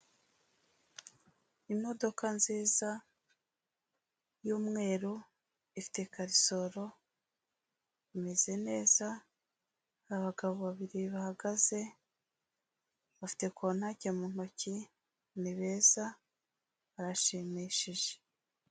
Imodoka nziza y'umweru ifite karisoro, imeze neza, abagabo babiri bahagaze, bafite kontake mu ntoki, ni beza barashimishije.